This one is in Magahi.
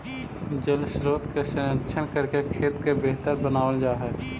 जलस्रोत के संरक्षण करके खेत के बेहतर बनावल जा हई